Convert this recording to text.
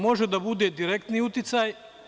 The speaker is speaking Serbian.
Može da bude direktni uticaj.